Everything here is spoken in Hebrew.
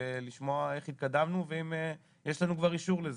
אשמח לשמוע איך התקדמנו ואם יש לנו כבר אישור לזה.